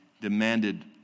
demanded